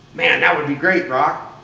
man, that would be great brock!